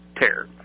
tear